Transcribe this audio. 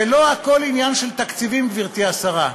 זה לא הכול עניין של תקציבים, גברתי השרה,